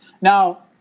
Now